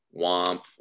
Womp